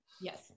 yes